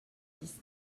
dix